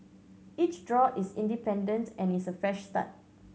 each draw is independent and is a fresh start